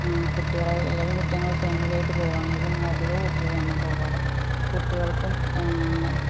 കുട്ടികള് കുട്ടികള് ഫാമിലിയായിട്ട് പോകുവാണെങ്കിലും അധികവും ഊട്ടിയിലാണ് പോകാറ് കുട്ടികൾക്കും